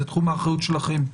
זה תחום האחריות שלכם.